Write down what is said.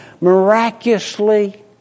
miraculously